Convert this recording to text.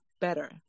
better